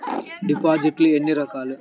డిపాజిట్లు ఎన్ని రకాలు?